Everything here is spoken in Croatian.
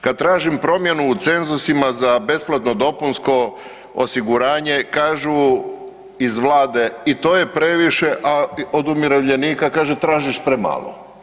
Kada tražim promjenu u cenzusima za besplatno dopunsko osiguranje, kažu iz Vlade - i to je previše, a od umirovljenika kažu – tražiš premalo.